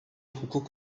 hukuk